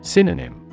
Synonym